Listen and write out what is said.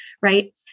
right